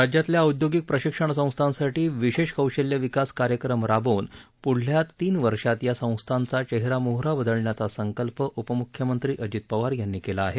राज्यातल्या औद्योगिक प्रशिक्षण संस्थांसाठी विशेष कौशल्यविकास कार्यक्रम राबवून पुढच्या तीन वर्षात या संस्थांचा चेहरामोहरा बदलण्याचा संकल्प उपमुख्यमंत्री अजित पवार यांनी व्यक्त केला आहे